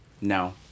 No